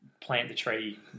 plant-the-tree